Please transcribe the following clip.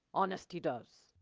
honest he does.